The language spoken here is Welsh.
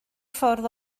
ffordd